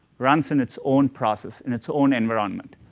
runs in its own process, in its own environment.